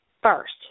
first